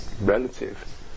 relative